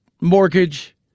mortgage